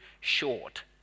short